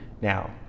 Now